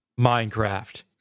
minecraft